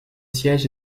siège